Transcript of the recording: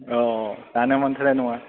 औ दानो मोन्थ'नाय नङा